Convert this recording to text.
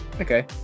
Okay